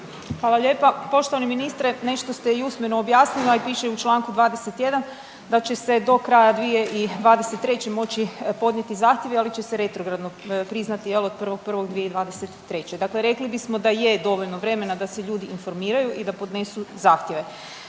Hvala lijepa. Poštovani ministre, nešto ste i usmeno objasnili, a i piše u čl. 21, da će se do kraja 2023. moći podnijeti zahtjevi, ali će se retrogradno priznati, je li, od 1.1.2023., dakle rekli bismo da je dovoljno vremena da se ljudi informiraju i da podnesu zahtjeve.